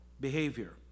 behavior